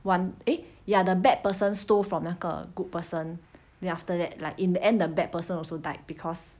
[one] eh ya the bad person stole from 那个 good person then after that like in the end the bad person also died because